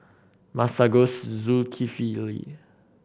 Masagos Zulkifli